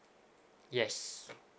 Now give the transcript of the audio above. yes